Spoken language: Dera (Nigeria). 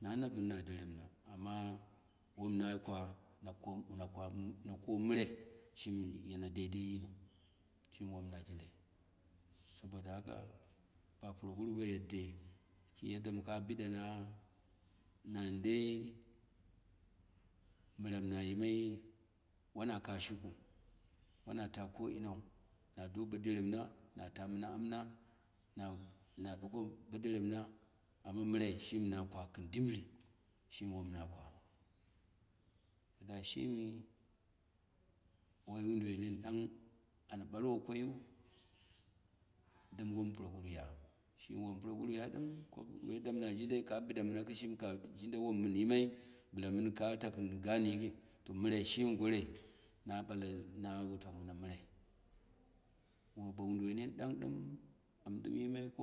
Na bɨni na deremina, ama wom na kwa na ko mɨrai, shimi yana dadai yin shim wom na jarindai, saboda haka ba puroguru ba yedde, ki yadda mɨka bida na, na dei mɨrom na yimai, wana kash ku, wana ta ko inau, na do bo deren mɨta na, oma mɨrai shimi na kwa gɨm dɗmbɗr shimi wom na kwa, kɗda shimi woi woduwoi nin ɗang ana ɓalwo koyin, dɗm won puroguru ya, shi room puroguru ya ɗɨna ko yaddam mɨma jindai ka biɗana mɗna ki shimi, ka jinda wom mɨn yimai bɗla mɨni loi takɨni gan yiki, to mɨra shimi goroi na ɓala, na wutau mono mɨra mo bo woduwoi hin ɗang ɗɨm an ɗɨm yinwa ko